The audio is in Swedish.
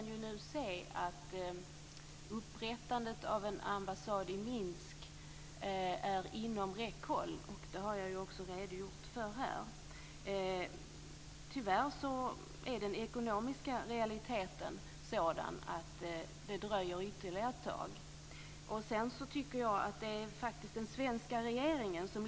Herr talman! Det sista var intressant ur många synvinklar.